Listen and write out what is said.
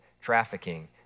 trafficking